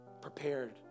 prepared